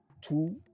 two